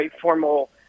formal